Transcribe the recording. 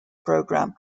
program